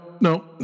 no